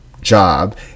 job